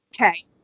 Okay